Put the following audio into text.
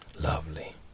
lovely